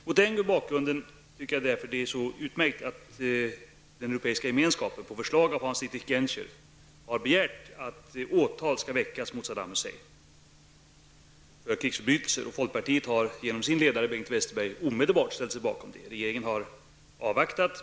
Mot den bakgrunden är det utmärkt att den europeiska gemenskapen, på förslag av Hans Dietrich Genscher, har begärt att åtal skall väckas mot Saddam Hussein med anledning av dennes krigsförbrytelser. Genom vår ledare Bengt Westerberg ställde vi i folkpartiet oss omedelbart bakom denna begäran. Regeringen har avvaktat.